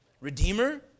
redeemer